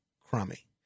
crummy